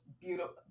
beautiful